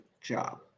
job